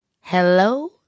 Hello